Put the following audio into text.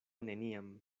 neniam